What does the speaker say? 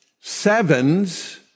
sevens